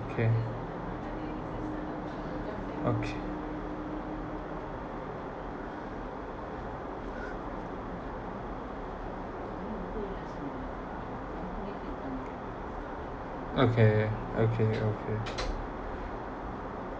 okay okay okay okay okay